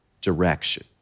direction